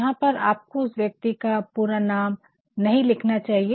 यहाँ पर आपको उस व्यक्ति का पूरा नाम नहीं लिखना चाहिए